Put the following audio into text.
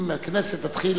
אם הכנסת תתחיל